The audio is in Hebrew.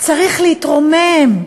צריך להתרומם.